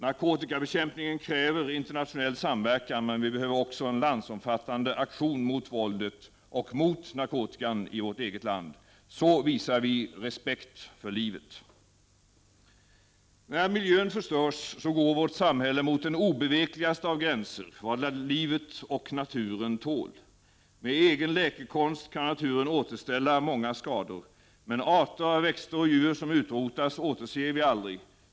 Narkotikabekämpningen kräver internationell samverkan, men vi behöver också en landsomfattande aktion mot våldet och mot narkotikan i vårt eget land. Så visar vi respekt för livet! När miljön förstörs går vårt samhälle mot den obevekligaste av gränser — vad livet och naturen tål. Med egen läkekonst kan naturen återställa många skador, men arter av växter och djur som utrotas återser vi aldrig.